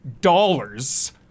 dollars